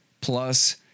Plus